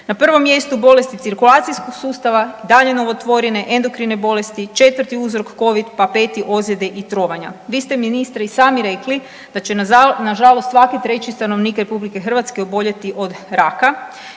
Na prvom mjestu bolesti cirkulacijskog sustava, dalje novotvorine, endokrine bolesti, četvrti uzrok covid, pa peti ozljede i trovanja. Vi ste ministre i sami rekli da će nažalost svaki treći stanovnik RH oboljeti od raka.